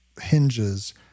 hinges